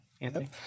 Anthony